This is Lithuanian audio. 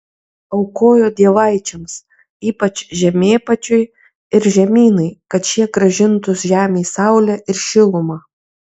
aukojo dievaičiams ypač žemėpačiui ir žemynai kad šie grąžintų žemei saulę ir šilumą